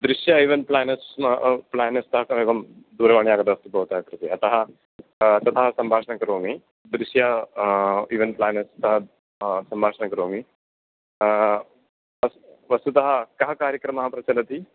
दृश्य event planners प्लानर्स्तः एवं दूरवाणी आगता अस्ति भवतः कृते अतः ततः सम्भाषणं करोमि दृश्य इवेण्ट् प्लानर्स्तः सम्भाषणं करोमि वस् वस्तुतः कः कार्यक्रमः प्रचलति